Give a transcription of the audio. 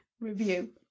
review